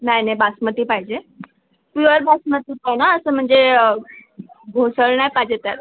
नाही नाही बासमती पाहिजे प्युअर बासमती पण हां असं म्हणजे भेसळ नाही पाहिजे त्यात